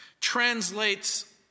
translates